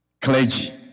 clergy